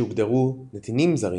שהוגדרו "נתינים זרים",